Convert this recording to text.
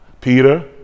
Peter